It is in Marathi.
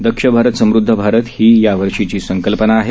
दक्ष भारत समृदध भारत ही यावर्षीची संकल्पना आहे